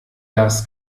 das